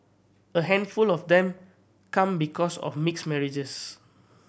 a handful of them come because of mixed marriages